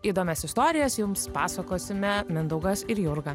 įdomias istorijas jums pasakosime mindaugas ir jurga